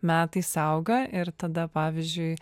metais auga ir tada pavyzdžiui